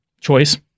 choice